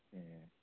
ए